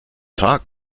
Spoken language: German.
tag